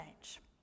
change